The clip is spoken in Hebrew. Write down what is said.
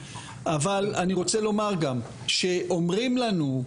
אבל אני רוצה לומר גם שאומרים לנו,